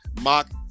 mock